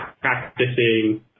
practicing